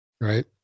right